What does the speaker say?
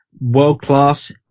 world-class